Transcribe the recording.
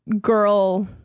girl